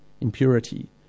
impurity